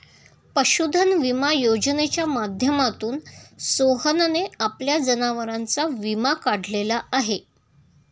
पशुधन विमा योजनेच्या माध्यमातून सोहनने आपल्या जनावरांचा विमा काढलेला आहे